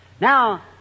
Now